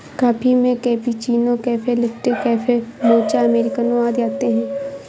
coffee में cappuccino, cafe latte, cafe mocha, अमेरिकनों आदि आते है